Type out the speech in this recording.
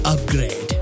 Upgrade